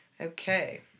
Okay